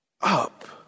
up